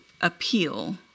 appeal